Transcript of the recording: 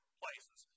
places